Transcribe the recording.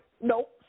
nope